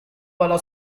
volò